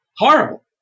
Horrible